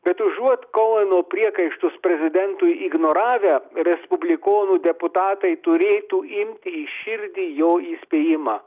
bet užuot koeno priekaištus prezidentui ignoravę respublikonų deputatai turėtų imti į širdį jo įspėjimą